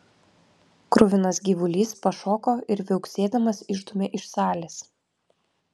kruvinas gyvulys pašoko ir viauksėdamas išdūmė iš salės